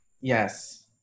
Yes